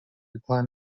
decline